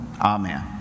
Amen